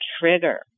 trigger